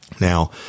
Now